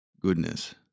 goodness